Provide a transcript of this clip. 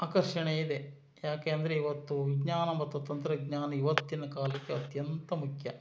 ಆಕರ್ಷಣೆ ಇದೆ ಯಾಕೆ ಅಂದರೆ ಇವತ್ತು ವಿಜ್ಞಾನ ಮತ್ತು ತಂತ್ರಜ್ಞಾನ ಇವತ್ತಿನ ಕಾಲಕ್ಕೆ ಅತ್ಯಂತ ಮುಖ್ಯ